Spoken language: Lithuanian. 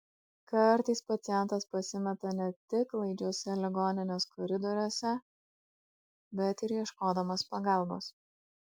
kartais pacientas pasimeta ne tik klaidžiuose ligoninės koridoriuose bet ir ieškodamas pagalbos